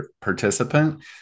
participant